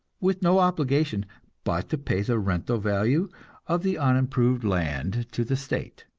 with no obligation but to pay the rental value of the unimproved land to the state.